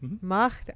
Macht